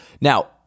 Now